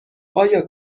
آیا